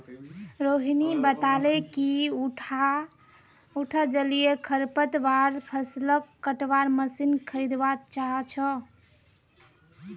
रोहिणी बताले कि उटा जलीय खरपतवार फ़सलक कटवार मशीन खरीदवा चाह छ